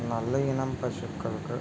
നല്ല ഇനം പശുക്കൾക്ക്